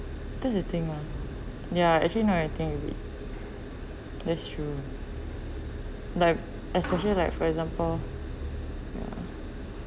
that's the thing lah ya actually not I think with that's true like especially like for example uh